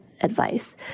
advice